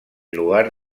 lugar